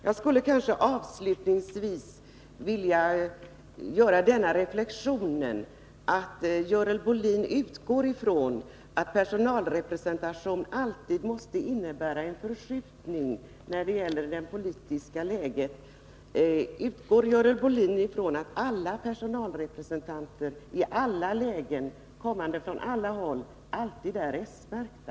Jag skulle avslutningsvis vilja göra reflexionen att Görel Bohlin utgår från att personalrepresentation alltid måste innebära en förskjutning när det gäller det politiska läget. Utgår Görel Bohlin från att alla personalrepresentanter, kommande från alla håll, är s-märkta?